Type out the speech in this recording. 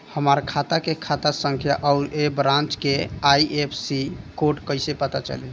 हमार खाता के खाता संख्या आउर ए ब्रांच के आई.एफ.एस.सी कोड कैसे पता चली?